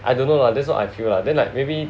I don't know lah that's what I feel lah then like maybe